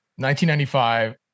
1995